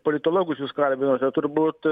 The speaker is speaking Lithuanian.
politologus jūs kalbinote turbūt